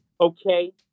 okay